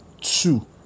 two